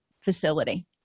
facility